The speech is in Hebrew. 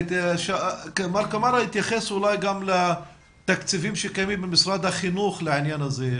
מה קמארה התייחס אולי גם לתקציבים שקיימים במשרד החינוך לעניין הזה,